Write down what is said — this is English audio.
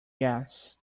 gas